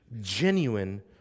genuine